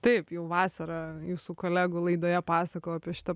taip jau vasarą jūsų kolegų laidoje pasakojau apie šitą